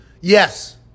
Yes